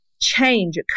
change